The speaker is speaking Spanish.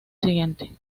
siguiente